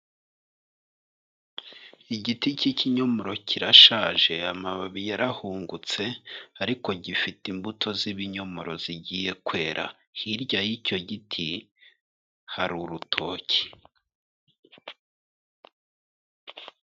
Igiti cy'ikinyomoro kirashaje amababi yarahungutse ariko gifite imbuto z'ibinyomoro zigiye kwera. Hirya y'icyo giti hari urutoki.